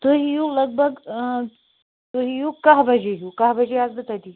تُہۍ یِیِو لگ بھگ تُہۍ یِیو کاہ بَجے ہیٛو کاہ بَجے آسہٕ بہٕ تٔتی